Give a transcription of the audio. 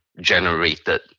generated